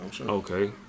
Okay